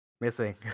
missing